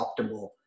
optimal